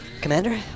Commander